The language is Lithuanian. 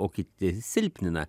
o kiti silpnina